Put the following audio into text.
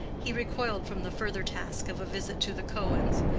he recoiled from the further task of a visit to the cohens',